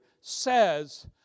says